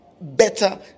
better